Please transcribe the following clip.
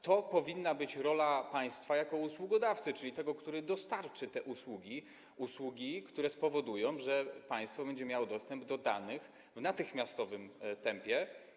To powinna być rola państwa jako usługodawcy, czyli tego, kto dostarcza te usługi, usługi, które spowodują, że państwo będzie miało dostęp do danych w natychmiastowym tempie.